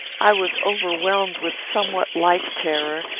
i was overwhelmed with somewhat like terror,